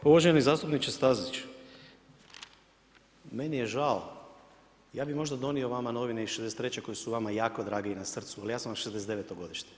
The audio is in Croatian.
Pa uvaženi zastupniče Stazić, meni je žao ja bih možda donio vama novine iz '63. koje su vama jako drage i na srcu, ali ja sam vam '69. godište.